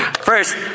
First